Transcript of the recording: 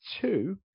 two